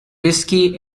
risky